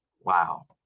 Wow